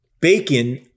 bacon